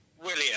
William